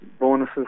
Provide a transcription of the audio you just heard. bonuses